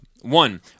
one